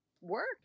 work